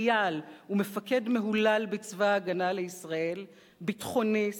חייל ומפקד מהולל בצבא-הגנה לישראל, ביטחוניסט,